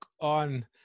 on